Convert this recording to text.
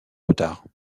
retard